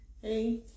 Hey